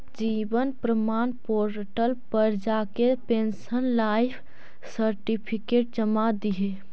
जीवन प्रमाण पोर्टल पर जाके पेंशनर लाइफ सर्टिफिकेट जमा दिहे